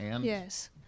yes